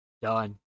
Done